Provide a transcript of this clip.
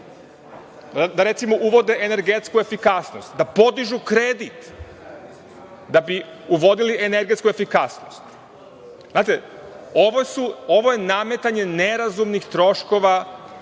da recimo uvode energetsku efikasnost, da podižu kredit da bi uvodili energetsku efikasnost. Znate, ovo je nametanje nerazumnih troškova